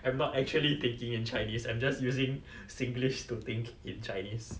I'm not actually thinking in chinese I'm just using singlish to think in chinese